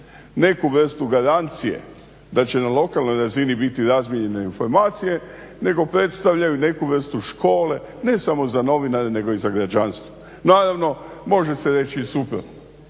neku vrstu garancije da će na lokalnoj razini biti razmijenjene informacije nego predstavljaju neku vrstu škole ne samo za novinare nego i za građanstvo. Naravno, može se reći i suprotno,